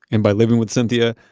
and by living with cynthia,